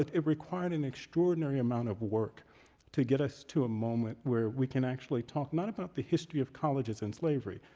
it required an extraordinary amount of work to get us to a moment where we can actually talk, not about the history of colleges and slavery,